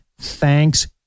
thanks